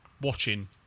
watching